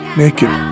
naked